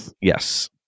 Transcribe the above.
Yes